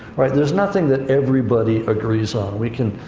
right? there's nothing that everybody agrees on. we can,